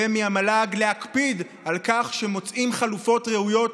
ומהמל"ג להקפיד על כך שמוצאים חלופות ראויות